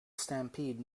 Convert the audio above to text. stampede